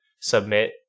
submit